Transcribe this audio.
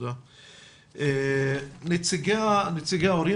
נציגת ההורים,